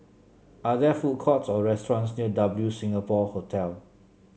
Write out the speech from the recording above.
are there food courts or restaurants near W Singapore Hotel